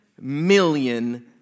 million